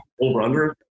over-under